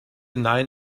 nein